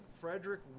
Frederick